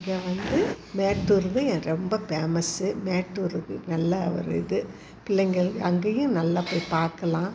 இங்கே வந்து மேட்டூர் வந்து எனக்கு ரொம்ப பேமஸு மேட்டூருக்கு நல்லா ஒரு இது பிள்ளைங்கள் அங்கேயும் நல்லா போய் பார்க்கலாம்